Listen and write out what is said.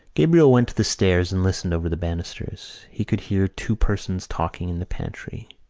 gabriel went to the stairs and listened over the banisters. he could hear two persons talking in the pantry.